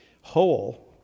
whole